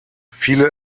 viele